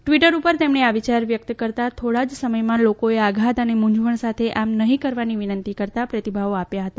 Twitter ઉપર તેમણે આ વિચાર વ્યક્ત કરતાં જ થોડા સમયમાં લોકોએ આધાત અને મુંઝવણ સાથે આમ નહીં કરવાની વિનંતી કરતાં પ્રતિભાવો આપ્યા હતા